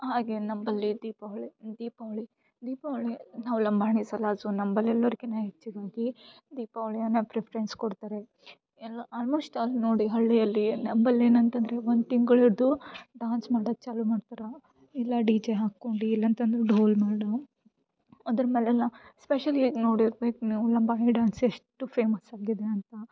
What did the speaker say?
ಹಾಗೆ ನಂಬಲ್ಲಿ ದೀಪಾವಳಿ ದೀಪಾವಳಿ ದೀಪಾವಳಿ ನಾವು ಲಂಬಾಣಿಸ್ ಅಲ ಸೊ ನಂಬಲ್ ಎಲ್ಲಾರ್ಕಿನ ಹೆಚ್ಚಾಗಿ ದೀಪಾವಳಿಯನ್ನು ಪ್ರಿಫ್ರೆನ್ಸ್ ಕೊಡ್ತಾರೆ ಎಲ್ಲ ಆಲ್ಮೋಸ್ಟ್ ಅಲ್ ನೋಡಿ ಹಳ್ಳಿಯಲ್ಲಿ ನಂಬಲ್ಲಿ ಏನಂತಂದರೆ ಒಂದು ತಿಂಗಳು ಹಿಡಿದು ಡ್ಯಾನ್ಸ್ ಮಾಡೋದು ಚಾಲು ಮಾಡ್ತಾರೆ ಇಲ್ಲ ಡಿ ಜೆ ಹಾಕೊಂಡು ಇಲ್ಲಂತಂದ್ರೆ ಡೋಲು ಮಾಡೋ ಅದ್ರ ಮೇಲೆಲ್ಲ ಸ್ಪೆಷಲ್ ಹೇಗೆ ನೋಡಿರ್ಬೇಕು ನಾವು ಲಂಬಾಣಿ ಡ್ಯಾನ್ಸ್ ಎಷ್ಟು ಫೇಮಸ್ ಆಗಿದೆ ಅಂತ